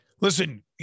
Listen